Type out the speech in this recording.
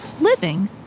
living